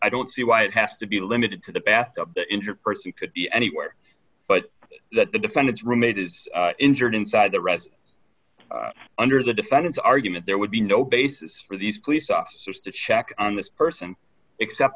i don't see why it has to be limited to the bathtub in your person could be anywhere but that the defendant's roommate is injured inside the reds under the defendant's argument there would be no basis for these police officers to check on this person except